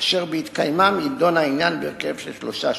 אשר בהתקיימם יידון העניין בהרכב של שלושה שופטים.